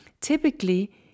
Typically